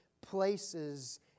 places